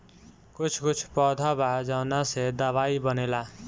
कुछ कुछ पौधा बा जावना से दवाई बनेला